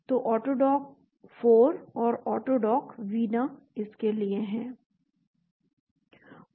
तो ऑटोडॉक 4 और AutoDock Vina इसके लिए हैं